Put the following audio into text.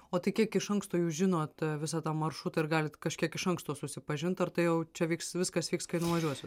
o tai kiek iš anksto jūs žinot visą tą maršrutą ir galit kažkiek iš anksto susipažint ar tai jau čia vyks viskas vyks kai nuvažiuosi